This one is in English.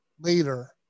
later